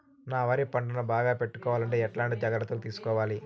నా వరి పంటను బాగా పెట్టుకోవాలంటే ఎట్లాంటి జాగ్రత్త లు తీసుకోవాలి?